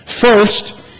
First